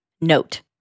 Note